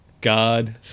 God